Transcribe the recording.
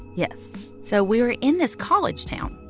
yes. so we were in this college town,